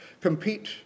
compete